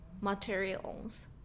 materials